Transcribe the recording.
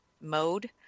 mode